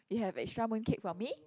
you have extra mooncake for me